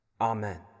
Amen